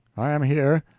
i am here,